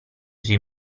sui